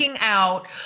out